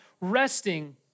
resting